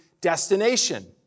destination